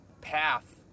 path